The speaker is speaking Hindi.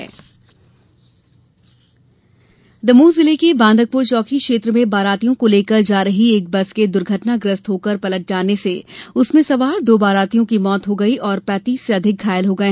हादसा दमोह जिले के बांदकपुर चौकी क्षेत्र में बारातियों को लेकर जा रही एक बस के द्र्घटनाग्रस्त होकर पलट जाने से उसमें सवार दो बारातियों की मौत हो गई और पैतीस से अधिक घायल हो गए